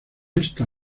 esta